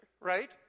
right